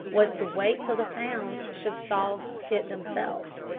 was to wait till the sounds should solve it themselves.